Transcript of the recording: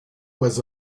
was